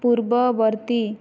ପୂର୍ବବର୍ତ୍ତୀ